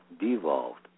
devolved